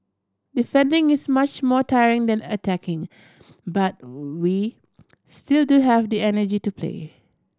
defending is much more tiring than attacking but we still do have the energy to play